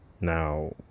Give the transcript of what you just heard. Now